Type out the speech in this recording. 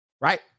Right